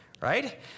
right